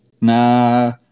Nah